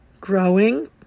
growing